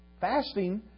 Fasting